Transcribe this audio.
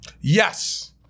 Yes